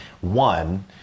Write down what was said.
one